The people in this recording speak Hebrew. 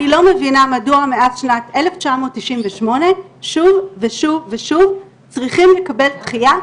אני לא מבינה מדוע מאז שנת 1998 שוב ושוב ושוב צריכים לקבל דחייה,